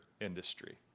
industry